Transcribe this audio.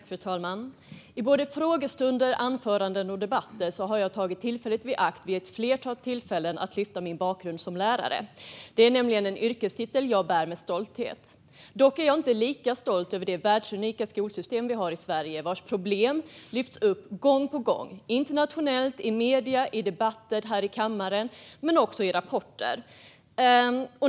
Fru talman! I frågestunder, anföranden och debatter har jag tagit tillfället i akt vid ett flertal tillfällen att lyfta fram min bakgrund som lärare. Det är en yrkestitel jag bär med stolthet. Dock är jag inte lika stolt över det världsunika skolsystem vi har i Sverige, vars problem lyfts upp gång på gång, internationellt, i medier, i debatter här i kammaren och i rapporter.